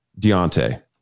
Deontay